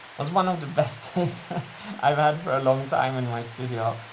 was one of the best days i've had for a long time in my studio.